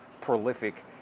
prolific